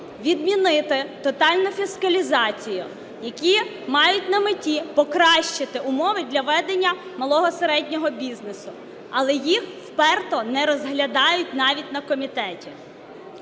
відмінити тотальну фіскалізацію, які мають на меті покращити умови для ведення малого, середнього бізнесу. Але їх вперто не розглядають навіть на комітеті.